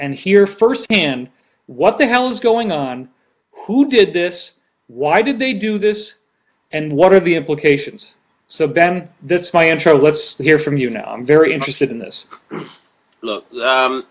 and hear firsthand what the hell is going on who did this why did they do this and what are the implications so ben this is my answer let's hear from you know i'm very interested in this the